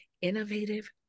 innovative